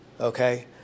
okay